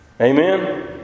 Amen